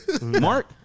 Mark